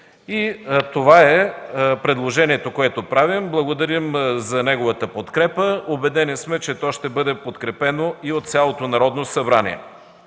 Това е предложението, което правим. Благодарим за неговата подкрепа. Убедени сме, че то ще бъде подкрепено и от цялото Народно събрание.